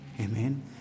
Amen